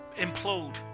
implode